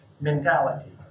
mentality